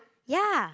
ya